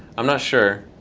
i'm not sure.